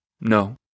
No